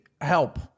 help